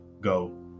go